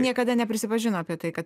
niekada neprisipažino apie tai kad